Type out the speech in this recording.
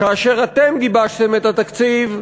כאשר אתם גיבשתם את התקציב,